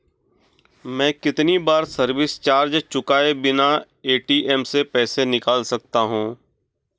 मैं कितनी बार सर्विस चार्ज चुकाए बिना ए.टी.एम से पैसे निकाल सकता हूं?